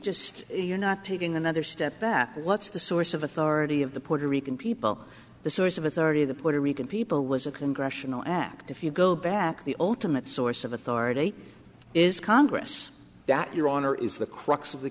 just you're not taking another step that what's the source of authority of the puerto rican people the source of authority of the puerto rican people was a congressional act if you go back the ota meant source of authority is congress that your honor is the crux of the